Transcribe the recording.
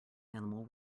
animal